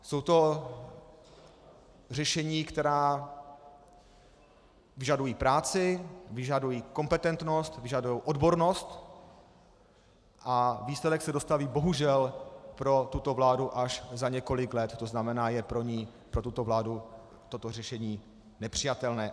Jsou to řešení, která vyžadují práci, vyžadují kompetentnost, vyžadují odbornost, a výsledek se dostaví bohužel pro tuto vládu až za několik let, tzn. je pro tuto vládu toto řešení nepřijatelné.